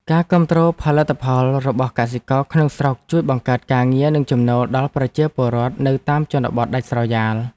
ការគាំទ្រផលិតផលរបស់កសិករក្នុងស្រុកជួយបង្កើតការងារនិងចំណូលដល់ប្រជាពលរដ្ឋនៅតាមជនបទដាច់ស្រយាល។